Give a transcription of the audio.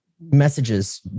messages